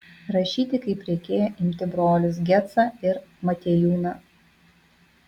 rašyti kaip reikėjo imti brolius gecą ar motiejūną